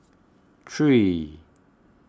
three